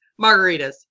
margaritas